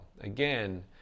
Again